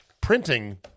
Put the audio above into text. Printing